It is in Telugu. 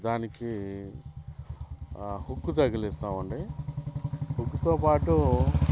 దానికి హుక్ తగిలిస్తాము అండి హుక్తో పాటు